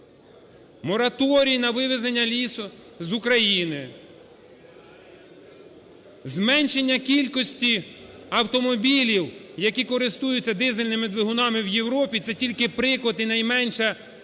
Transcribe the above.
Мораторій на вивезення лісу з України. Зменшення кількості автомобілів, які користуються дизельними двигунами в Європі, це тільки приклад і найменша,